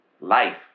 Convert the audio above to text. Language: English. life